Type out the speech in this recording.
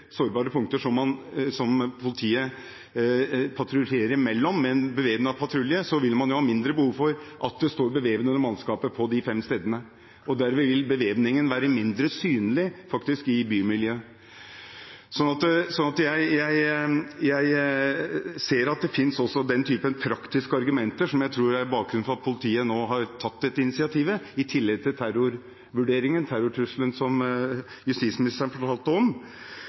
sårbare punkter som politiet patruljerer mellom med en bevæpnet patrulje, vil man jo ha mindre behov for at det står bevæpnede mannskaper på de fem stedene. Dermed vil bevæpningen faktisk være mindre synlig i bymiljøet. Jeg ser at det også finnes den typen praktiske argumenter, som jeg tror er bakgrunnen for at politiet nå har tatt dette initiativet, i tillegg til terrorvurderingen, terrortrusselen, som justisministeren fortalte om.